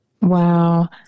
Wow